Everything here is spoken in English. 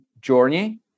journey